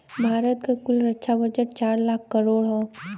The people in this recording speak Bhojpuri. भारत क कुल रक्षा बजट चार लाख करोड़ हौ